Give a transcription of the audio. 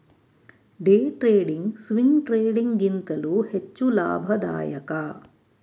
day trading, swing trading ಗಿಂತಲೂ ಹೆಚ್ಚು ಲಾಭದಾಯಕ